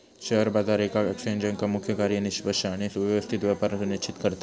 share बाजार येका एक्सचेंजचा मुख्य कार्य निष्पक्ष आणि सुव्यवस्थित व्यापार सुनिश्चित करता